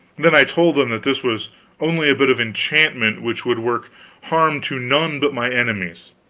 then i told them that this was only a bit of enchantment which would work harm to none but my enemies.